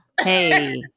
hey